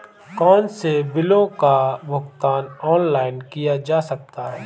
कौनसे बिलों का भुगतान ऑनलाइन किया जा सकता है?